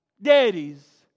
daddies